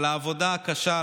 על העבודה הקשה,